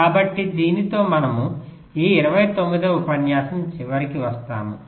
కాబట్టి దీనితో మనము ఈ 29వ ఉపన్యాసం చివరికి వస్తాము